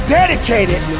dedicated